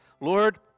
lord